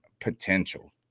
Potential